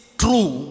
true